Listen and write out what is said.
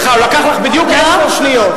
סליחה, הוא לקח לך בדיוק עשר שניות.